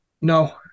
No